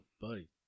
buddy